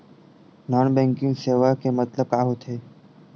Non banking सेवा के मतलब का होथे?